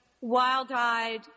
Wild-eyed